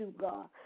God